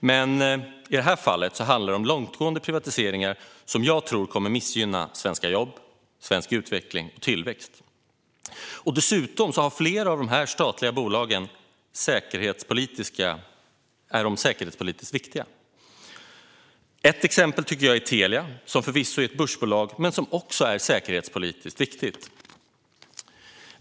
Men i det här fallet handlar det om långtgående privatiseringar som jag tror kommer missgynna svenska jobb och svensk utveckling och tillväxt. Dessutom är flera av de statliga bolagen säkerhetspolitiskt viktiga. Ett exempel är Telia, som förvisso är ett börsbolag men ändå säkerhetspolitiskt viktigt.